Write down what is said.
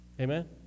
Amen